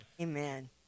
Amen